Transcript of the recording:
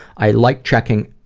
i like checking,